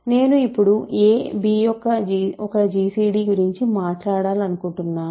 నేను ఇప్పుడు a b యొక్క ఒక gcd గురించి మాట్లాడాలనుకుంటున్నాను